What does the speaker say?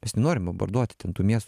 mes nenorim bombarduoti ten tų miestų